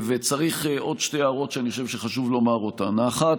וצריך עוד שתי הערות שאני חושב שחשוב לומר אותן: האחת,